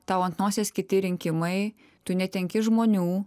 tau ant nosies kiti rinkimai tu netenki žmonių